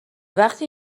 وقتی